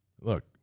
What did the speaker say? Look